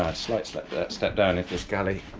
slight slept step down in this galley.